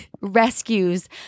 rescues